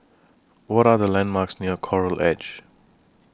What Are The landmarks near Coral Edge